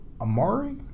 Amari